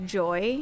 joy